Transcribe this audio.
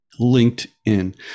LinkedIn